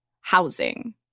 housing